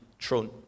thrown